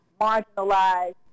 marginalized